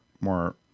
more